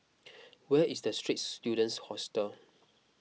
where is the Straits Students Hostel